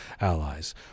allies